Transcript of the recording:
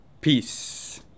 peace